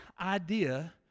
idea